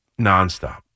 nonstop